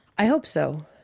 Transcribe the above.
i hope so.